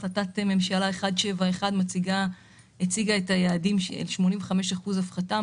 החלטת ממשלה 171 הציגה את היעדים של 85% הפחתה.